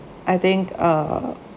I think uh